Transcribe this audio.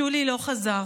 שולי לא חזר,